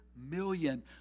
million